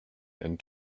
and